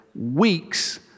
weeks